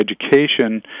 education